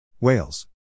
Wales